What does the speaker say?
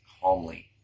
calmly